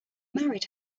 married